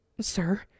Sir